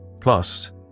Plus